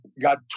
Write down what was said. got